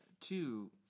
two